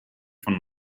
von